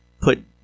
put